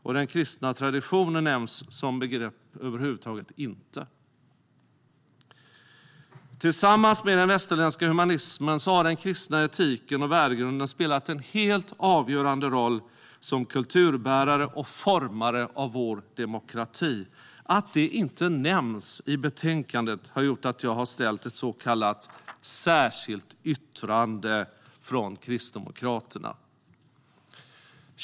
Och den kristna traditionen nämns som begrepp över huvud taget inte. Tillsammans med den västerländska humanismen har den kristna etiken och värdegrunden spelat en helt avgörande roll som kulturbärare och formare av vår demokrati. Att det inte nämns i betänkandet har gjort att jag har framställt ett så kallat särskilt yttrande från Kristdemokraterna.